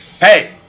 hey